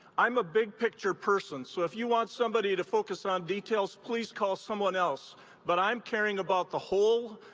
i'm a big picture person so if you want somebody to focus on details, please call someone else but i'm caring about the whole,